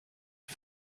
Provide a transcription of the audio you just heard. for